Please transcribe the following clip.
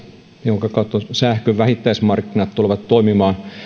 jonka kautta sähkön vähittäismarkkinat tulevat toimimaan